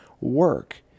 work